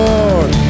Lord